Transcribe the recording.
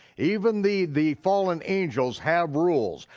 even the the fallen angels have rules,